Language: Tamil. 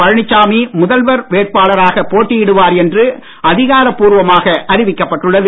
பழனிசாமி முதல்வர் வேட்பாளராக போட்டியிடுவார் என்று அதிகாரப் பூர்வமாக அறிவிக்கப்பட்டுள்ளது